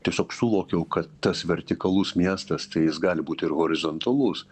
tiesiog sulokiau kad tas vertikalus miestas tai jis gali būt ir horizontalus